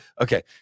Okay